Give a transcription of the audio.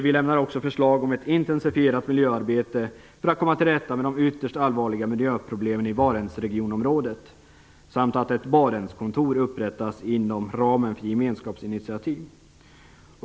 Vi lägger också fram förslag om ett intensifierat miljöarbete för att komma till rätta med de ytterst allvarliga miljöproblemen i Barentsregionen samt om att ett Barentskontor upprättas inom ramen för gemenskapsinitiativ.